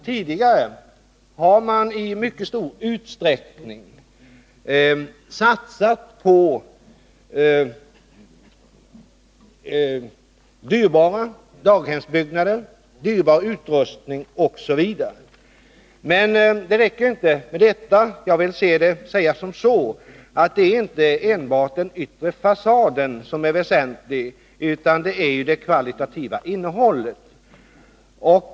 Tidigare har man i mycket stor utsträckning satsat på dyrbara daghemsbyggnader, dyrbar utrustning osv. Men det räcker inte med detta. Jag vill uttrycka saken så, att det inte enbart är den yttre fasaden som är väsentlig, utan också det kvalitativa innehållet är väsentligt.